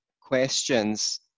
questions